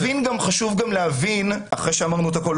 חשוב גם לנסות להבין אחרי שאמרנו את הכול,